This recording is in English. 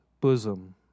bosom